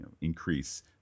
increase